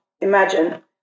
imagine